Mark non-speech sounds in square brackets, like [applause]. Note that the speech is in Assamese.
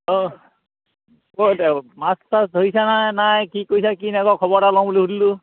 অঁ [unintelligible] মাছ চাছ ধৰিছানে নাই নাই কি কৰিছা কি নাই কৰা খবৰ এটা লওঁ বুলি সুধিলোঁ